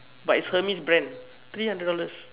but is Hermes brand three hundred dollars